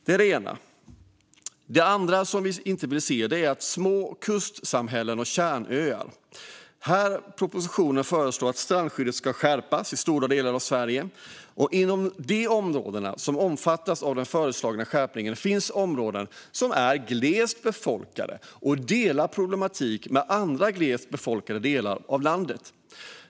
Det andra som vi inte vill se handlar om små kustsamhällen och kärnöar. Propositionen föreslår att strandskyddet ska skärpas i stora delar av Sverige. Inom de områden som omfattas av den föreslagna skärpningen finns områden som är glest befolkade och som delar problematik med andra glest befolkade delar av landet.